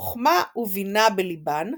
חכמה ובינה בלבן,